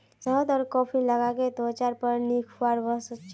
शहद आर कॉफी लगाले त्वचार पर निखार वस छे